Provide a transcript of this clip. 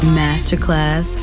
masterclass